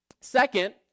Second